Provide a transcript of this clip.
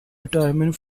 retirement